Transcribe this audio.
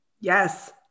Yes